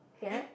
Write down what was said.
hat